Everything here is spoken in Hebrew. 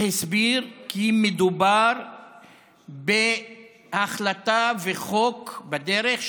והסביר כי מדובר בהחלטה וחוק בדרך,